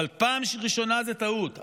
פעם ראשונה זה טעות,